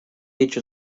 age